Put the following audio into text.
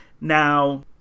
Now